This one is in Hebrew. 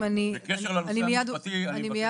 בקשר לנושא המשפטי, אני מבקש